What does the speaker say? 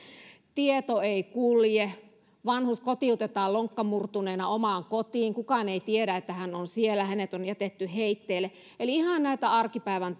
tieto ei kulje vanhus kotiutetaan lonkka murtuneena omaan kotiin kukaan ei tiedä että hän on siellä hänet on jätetty heitteille eli ihan näitä arkipäivän